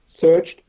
searched